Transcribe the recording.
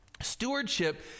Stewardship